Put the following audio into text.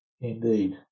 Indeed